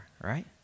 Right